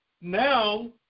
Now